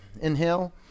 inhale